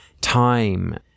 time